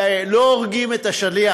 ולא הורגים את השליח,